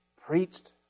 preached